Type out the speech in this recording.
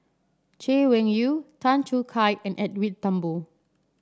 Chay Weng Yew Tan Choo Kai and Edwin Thumboo